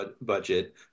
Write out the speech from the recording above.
budget